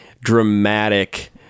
dramatic